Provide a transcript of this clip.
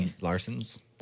Larson's